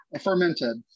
fermented